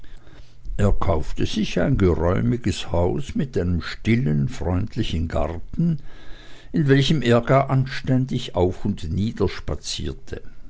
er kaufte sich ein geräumiges haus mit einem stillen freundlichen garten in welchem er gar anständig auf und